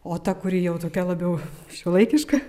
o ta kuri jau tokia labiau šiuolaikiška